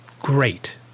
great